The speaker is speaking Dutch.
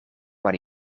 maar